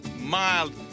mild